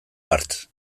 bart